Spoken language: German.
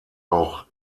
auch